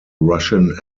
russian